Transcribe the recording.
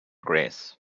grace